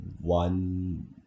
one